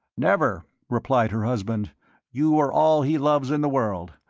never, replied her husband you are all he loves in the world.